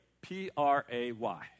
P-R-A-Y